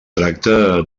tracta